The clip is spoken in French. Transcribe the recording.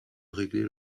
régler